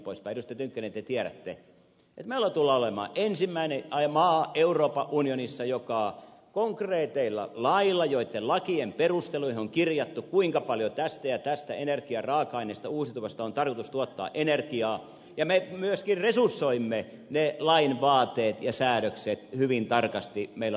tynkkynen te tiedätte että me tulemme olemaan ensimmäinen maa euroopan unionissa jonka konkreettien lakien perusteluihin on kirjattu kuinka paljon tästä ja tästä uusiutuvasta energiaraaka aineesta on tarkoitus tuottaa energiaa ja me myöskin resursoimme ne lain vaateet ja säädökset hyvin tarkasti meillä lainsäädännöllä